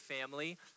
family